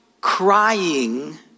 crying